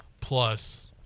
plus